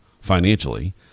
financially